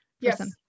yes